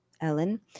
Ellen